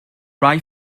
rhai